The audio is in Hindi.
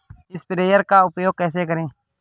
स्प्रेयर का उपयोग कैसे करें?